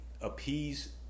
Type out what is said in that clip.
appease